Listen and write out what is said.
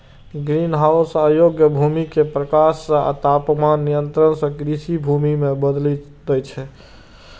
greenhouse अयोग्य भूमि कें प्रकाश आ तापमान नियंत्रण सं कृषि भूमि मे बदलि दै छै